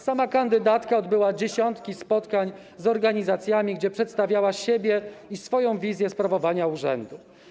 Sama kandydatka odbyła dziesiątki spotkań z organizacjami, podczas których przedstawiała siebie i swoją wizję sprawowania urzędu.